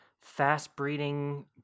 fast-breeding